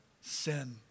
sin